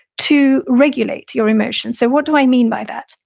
to regulate your emotions so what do i mean by that?